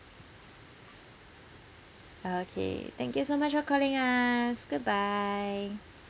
okay thank you so much for calling us goodbye